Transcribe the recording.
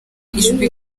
ijwi